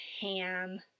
ham